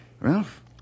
Ralph